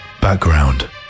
Background